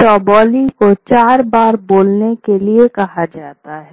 जहां चौबोली को चार बार बोलने के लिए कहा जाएगा